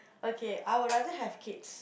okay I would rather have kids